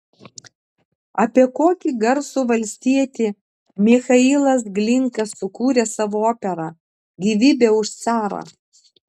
apie kokį garsų valstietį michailas glinka sukūrė savo operą gyvybė už carą